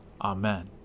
Amen